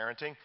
parenting